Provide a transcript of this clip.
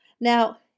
Now